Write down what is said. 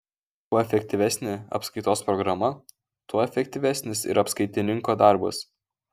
kuo efektyvesnė apskaitos programa tuo efektyvesnis ir apskaitininko darbas